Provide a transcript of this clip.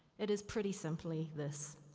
it is pretty simply this,